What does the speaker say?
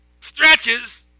stretches